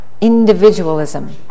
Individualism